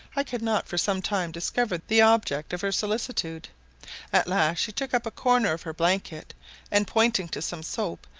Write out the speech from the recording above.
i could not for some time discover the object of her solicitude at last she took up a corner of her blanket and, pointing to some soap,